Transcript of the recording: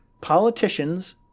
politicians